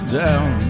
down